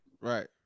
right